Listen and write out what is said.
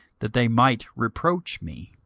that they might reproach me.